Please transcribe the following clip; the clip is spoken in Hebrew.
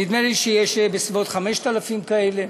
נדמה לי שיש בסביבות 5,000 כאלה,